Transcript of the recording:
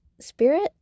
spirit